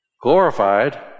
Glorified